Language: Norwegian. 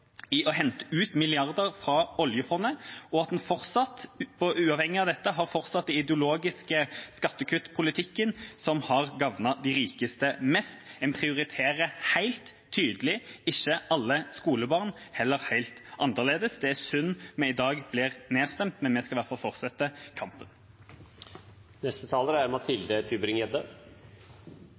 i å hente ut milliarder fra oljefondet, og som uavhengig av dette har fortsatt den ideologiske skattekuttpolitikken som har gagnet de rikeste mest. En prioriterer helt tydelig ikke alle skolebarn – heller helt annerledes. Det er synd at vi blir nedstemt i dag, men vi skal i hvert fall fortsette